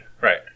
Right